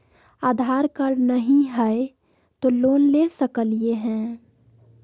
आधार card नही हय, तो लोन ले सकलिये है?